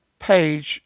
page